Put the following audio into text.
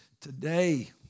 Today